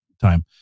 time